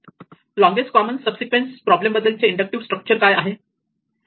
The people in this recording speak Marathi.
longest common subsequence problem बद्दलचे इंडक्टिव्ह स्ट्रक्चर काय आहे